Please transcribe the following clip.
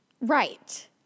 Right